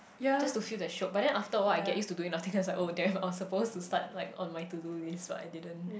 just to feel the shiok but then after a while I get used to doing nothing because then I was like oh damn I was supposed to start like on my to do list but I didn't